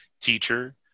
teacher